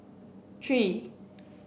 three